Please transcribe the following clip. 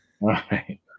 Right